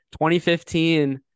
2015